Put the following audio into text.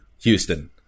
Houston